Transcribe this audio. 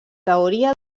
teoria